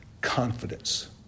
confidence